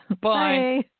Bye